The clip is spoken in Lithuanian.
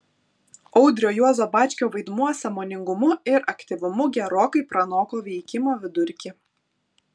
audrio juozo bačkio vaidmuo sąmoningumu ir aktyvumu gerokai pranoko veikimo vidurkį